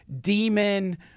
demon